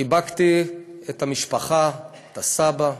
חיבקתי את המשפחה, את הסבא,